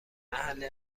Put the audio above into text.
محل